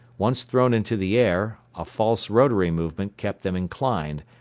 once thrown into the air, a false rotary movement kept them inclined,